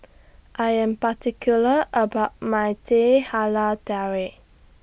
I Am particular about My Teh Halia Tarik